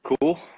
Cool